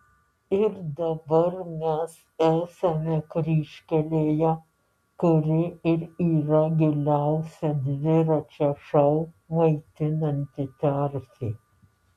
ir dabar mes esame kryžkelėje kuri ir yra giliausia dviračio šou maitinanti terpė